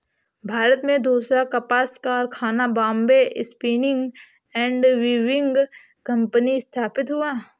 भारत में दूसरा कपास कारखाना Bombay spinning and weaving company स्थापित हुआ